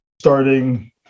starting